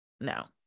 no